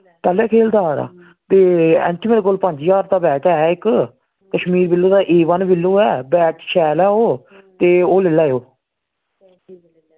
पैह्ले दा खेलदा आ दा ते आंटी मेरे कोल पंज ज्हार दा बैट ऐ इक कश्मीर विल्लो दा ए वन विल्लो ऐ बैट शैल ऐ ओ ते ओह् लेई लैओ